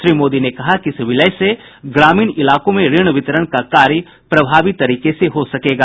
श्री मोदी ने कहा कि इस विलय से ग्रामीण इलाकों में ऋण वितरण का कार्य प्रभावी तरीके से हो सकेगा